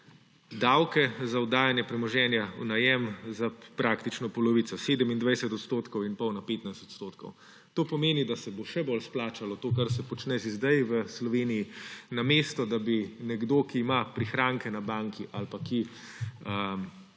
davke za oddajanje premoženja v najem za praktično polovico, s 27 odstotkov in pol na 15 odstotkov. To pomeni, da se bo še bolj splačalo to, kar se počne že sedaj v Sloveniji; namesto da bi nekdo, ki ima prihranke na banki ali ki